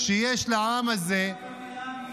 שיש לעם הזה ------ נמצא במיאמי.